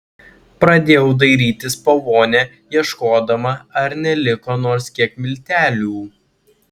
pradėjau dairytis po vonią ieškodama ar neliko nors kiek miltelių